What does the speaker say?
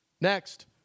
Next